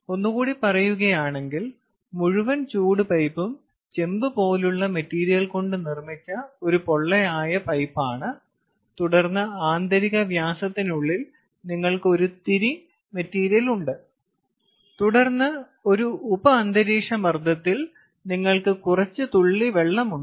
ഒന്ന് കൂടി പറയുകയാണെങ്കിൽ മുഴുവൻ ചൂട് പൈപ്പും ചെമ്പ് പോലുള്ള മെറ്റീരിയൽ കൊണ്ട് നിർമ്മിച്ച ഒരു പൊള്ളയായ പൈപ്പാണ് തുടർന്ന് ആന്തരിക വ്യാസത്തിനുള്ളിൽ നിങ്ങൾക്ക് ഒരു തിരി മെറ്റീരിയൽ ഉണ്ട് തുടർന്ന് ഒരു ഉപ അന്തരീക്ഷ മർദ്ദത്തിൽ നിങ്ങൾക്ക് കുറച്ച് തുള്ളി വെള്ളം ഉണ്ട്